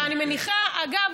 אגב,